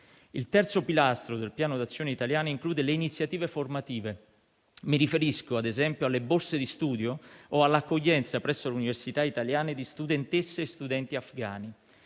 Il terzo pilastro del piano d'azione italiano include le iniziative formative. Mi riferisco, ad esempio, alle borse di studio o all'accoglienza presso le università italiane di studentesse e studenti afghani.